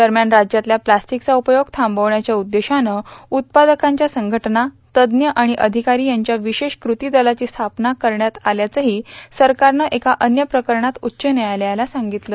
दरम्यान राज्यातल्या प्लॉस्टिकचा उपयोग थांबवण्याच्या उद्देशानं उत्पादकांच्या संघटना तज्ज्ञ आणि अधिकारी यांच्या विशेष कृती दलाची स्थापना करण्यात आल्याचंही सरकारनं अन्य एका प्रकरणात उच्च व्यायालयाला सांगितलं